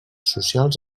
socials